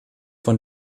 von